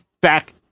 back